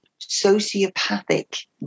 sociopathic